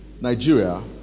Nigeria